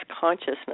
consciousness